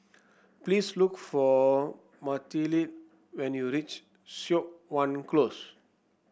please look for Mathilde when you reach Siok Wan Close